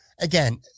Again